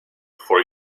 for